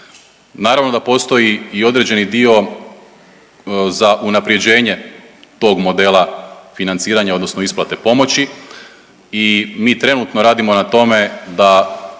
Naravno da postoji i određeni dio za unapređenje tog modela financiranja odnosno isplate pomoći i mi trenutno radimo na tome da